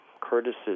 Curtis's